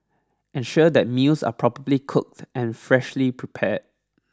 ensure that meals are properly cooked and freshly prepared